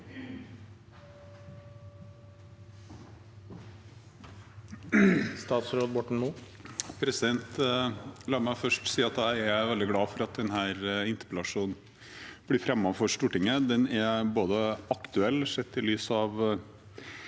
Statsråd Ola Borten Moe La meg først si at jeg er veldig glad for at denne interpellasjonen blir fremmet for Stortinget. Den er aktuell sett i lys av